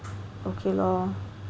okay lor